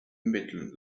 midland